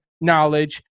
knowledge